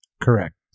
Correct